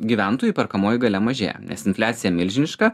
gyventojų perkamoji galia mažėja nes infliacija milžiniška